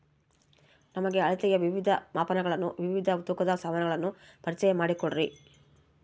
ನಮಗೆ ಅಳತೆಯ ವಿವಿಧ ಮಾಪನಗಳನ್ನು ವಿವಿಧ ತೂಕದ ಸಾಮಾನುಗಳನ್ನು ಪರಿಚಯ ಮಾಡಿಕೊಡ್ರಿ?